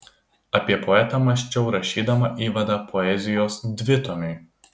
apie poetą mąsčiau rašydama įvadą poezijos dvitomiui